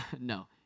No